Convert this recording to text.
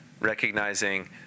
recognizing